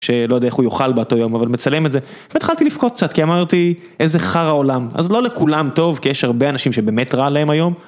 שלא יודע איך הוא יאכל באותו יום אבל מצלם את זה. והתחלתי לבכות קצת כי אמרתי איזה חרא עולם. אז לא לכולם טוב כי יש הרבה אנשים שבאמת רע להם היום.